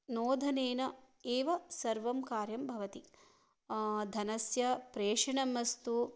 नोदनेन एव सर्वं कार्यं भवति धनस्य प्रेषणम् अस्तु